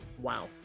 Wow